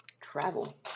Travel